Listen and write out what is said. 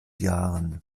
jahren